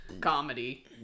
comedy